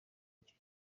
icyo